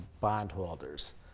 bondholders